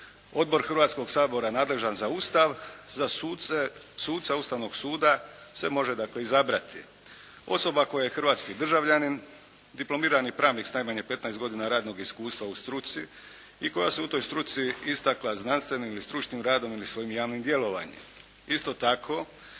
odbor Hrvatskog sabora nadležan za Ustav, za suca Ustavnog suda se može, dakle izabrati osoba koja je hrvatski državljanin, diplomirani pravnik s najmanje 15 godina radnog iskustva u struci i koja se u toj struci istakla znanstvenim i stručnim radom ili svojim javnim djelovanjem. Isto tako